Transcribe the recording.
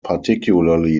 particularly